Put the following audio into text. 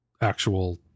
actual